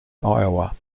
iowa